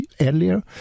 earlier